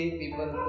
people